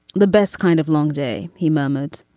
the best kind of long day, he murmured.